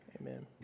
Amen